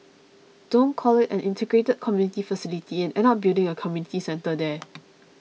don't call it an integrated community facility and end up building a community centre there